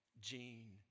Jean